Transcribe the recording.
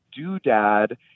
doodad